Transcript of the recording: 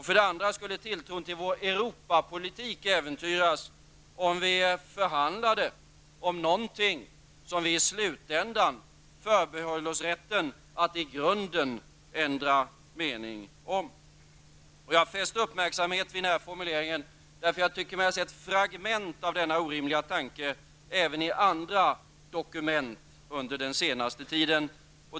För det andra skulle tilltron till vår Europa-politik äventyras om vi förhandlade om någonting som vi i slutändan förbehöll oss rätten att i grunden ändra mening om. Jag fäste uppmärksamhet vid denna formulering, eftersom jag tyckt mig se fragment av denna orimliga tanke även i andra dokument den senaste tiden.